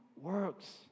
works